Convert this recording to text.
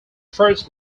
first